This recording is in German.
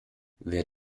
wer